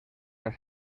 las